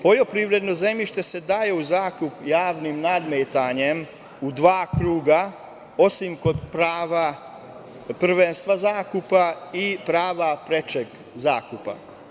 Poljoprivredno zemljište se daje u zakup javnim nadmetanjem u dva kruga, osim kod prava prvenstva zakupa i prava prečeg zakupa.